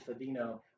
Sabino